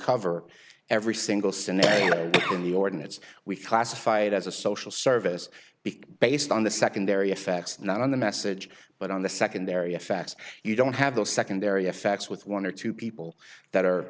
cover every single scenario in the ordinance we classify it as a social service because based on the secondary effects not on the message but on the secondary effects you don't have the secondary effects with one or two people that are